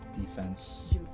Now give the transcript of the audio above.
defense